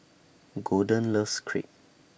Golden loves Crepe